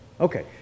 Okay